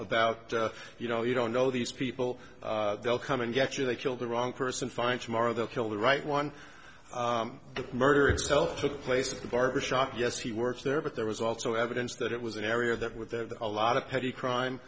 without you know you don't know these people they'll come and get you they killed the wrong person find tomorrow they'll kill the right one the murder itself took place in the barbershop yes he works there but there was also evidence that it was an area that with the a lot of petty crime